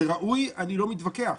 זה ראוי ואני לא מתווכח.